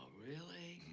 really?